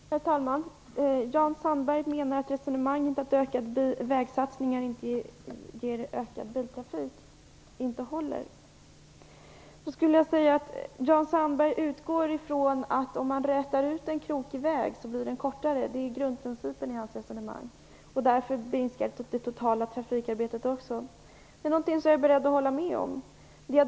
Herr talman! Jan Sandberg menar att resonemanget om att ökade vägsatsningar ger ökad biltrafik inte håller. Jan Sandberg utgår från, att om man rätar ut en krokig väg blir den kortare - det är grundprincipen i hans resonemang - och därför minskar också det totala trafikarbetet. Det är någonting som jag är beredd att hålla med om.